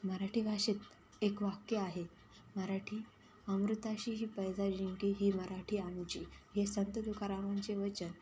मराठी भाषेत एक वाक्य आहे मराठी अमृताशी ही पैजा जिंके ही मराठी आमची हे संत तुकारामांचे वचन